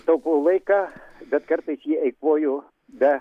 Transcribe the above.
taupau laiką bet kartais jį eikvoju be